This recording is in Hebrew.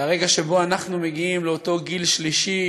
והרגע שבו אנחנו מגיעים לאותו גיל שלישי,